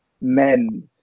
men